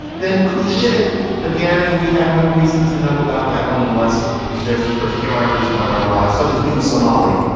then coup shitake again. we have no reason to know about that one unless there's some particularities about our lives, such as being somali.